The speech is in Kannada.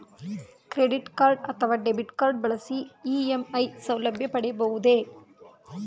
ಕ್ರೆಡಿಟ್ ಕಾರ್ಡ್ ಅಥವಾ ಡೆಬಿಟ್ ಕಾರ್ಡ್ ಬಳಸಿ ಇ.ಎಂ.ಐ ಸೌಲಭ್ಯ ಪಡೆಯಬಹುದೇ?